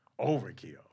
overkill